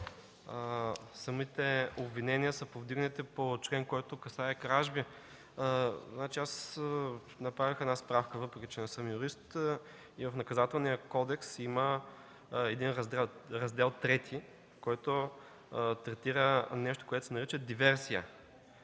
самите обвинения са повдигнати по член, който касае кражби. Направих справка, въпреки че не съм юрист, и в Наказателния кодекс има Раздел III, който третира нещо, което се нарича диверсия.